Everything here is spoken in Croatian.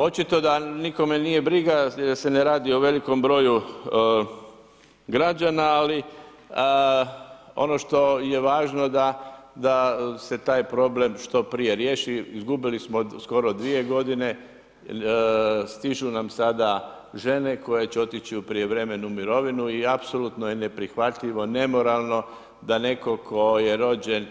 Očito da nikome nije briga jer se ne radi o velikom broju građana, ali ono što je važno da se taj problem što prije riješi, izgubili smo skoro 2 godine, stižu nam sada žene koje će otići u prijevremenu mirovinu i apsolutno je neprihvatljivo, nemoralno da netko tko je rođen